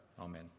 Amen